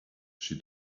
she